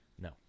No